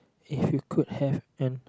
if you could have an